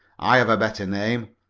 i have a better name,